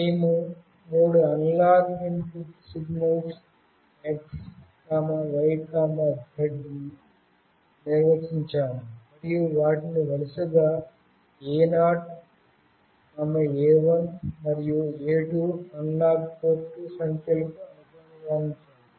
మేము మూడు analog input signals x y z ను నిర్వచించాము మరియు వాటిని వరుసగా A0 A1 మరియు A2 అనలాగ్ పోర్ట్ సంఖ్యలకు అనుసంధానించాము